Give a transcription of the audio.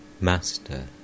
Master